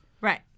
Right